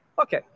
Okay